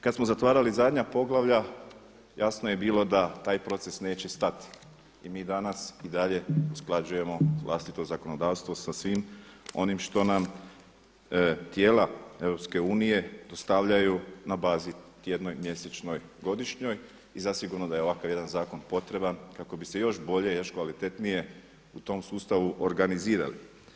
Kad smo zatvarali zadnja poglavlja jasno je bilo da taj proces neće stati i mi danas i dalje usklađujemo vlastito zakonodavstvo sa svim onim što nam tijela EU dostavljaju na bazi tjednoj, mjesečnoj, godišnjoj i zasigurno da je ovakav jedan zakon potreban kako bi se još bolje i još kvalitetnije u tom sustavu organizirali.